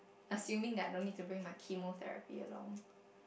assuming that I don't need to bring my chemotherapy along